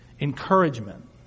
Encouragement